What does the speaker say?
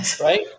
right